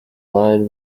line